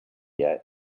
yet